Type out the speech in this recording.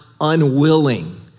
unwilling